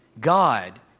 God